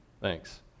Thanks